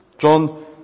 John